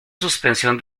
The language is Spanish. suspensión